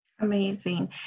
Amazing